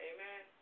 Amen